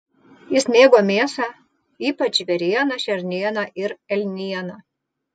jis mėgo mėsą ypač žvėrieną šernieną ir elnieną